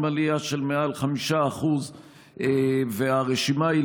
עלייה של מעל 5%. הרשימה היא,